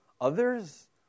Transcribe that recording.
others